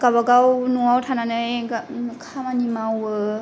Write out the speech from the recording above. गावबागाव न'वाव थानानै खामानि मावो